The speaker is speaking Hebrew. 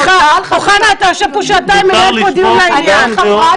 אוחנה, אתה יושב פה שעתיים ומנהל דיון לעניין.